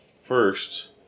first